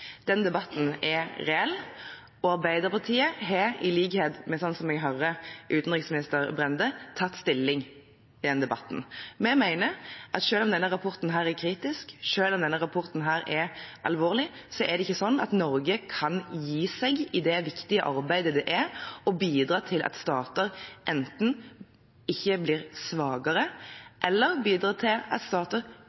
Den debatten er reell. Arbeiderpartiet har, i likhet med utenriksminister Brende, slik jeg hører ham, tatt stilling i den debatten. Vi mener at selv om denne rapporten er kritisk, selv om denne rapporten er alvorlig, er det ikke slik at Norge kan gi seg i det viktige arbeidet det er å bidra til at stater enten ikke blir